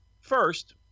first –